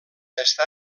està